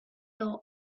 dot